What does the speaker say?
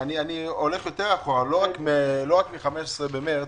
אני הולך יותר אחורה, לא רק מ-15 במרץ.